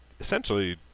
essentially